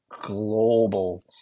global